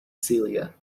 celia